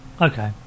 Okay